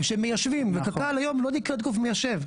שמיישבים וקק"ל היום לא נקראת גוף מיישב.